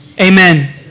amen